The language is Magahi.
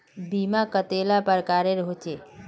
बीमा कतेला प्रकारेर होचे?